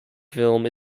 film